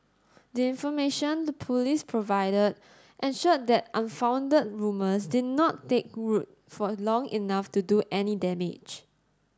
the information the Police provided ensured that unfounded rumours did not take root for long enough to do any damage